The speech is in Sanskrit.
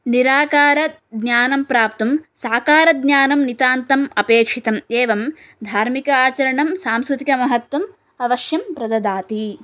निराकारज्ञानं प्राप्तुं साकारज्ञानं नितान्तम् अपेक्षितम् एवं धार्मिक आचारणं सांस्कृतिकमहत्वम् अवश्यं प्रददाति